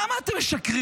למה אתם משקרים?